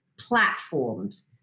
platforms